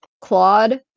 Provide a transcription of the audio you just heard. Claude